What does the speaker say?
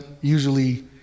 usually